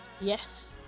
yes